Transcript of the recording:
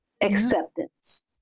acceptance